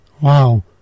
wow